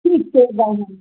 ठीक छै बहिन